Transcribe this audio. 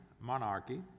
monarchy